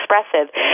expressive